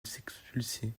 expulsés